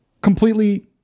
completely